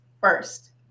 first